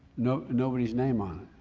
no, nobody's name on